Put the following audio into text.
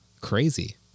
Crazy